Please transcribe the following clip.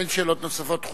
אין שאלות נוספות.